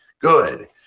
Good